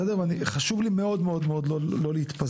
חשוב לי מאוד לא להתפזר.